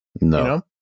no